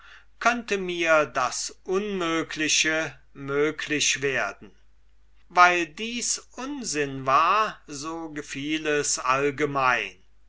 könnte mir das unmögliche möglich werden weil dies nonsens war so gefiel es allgemein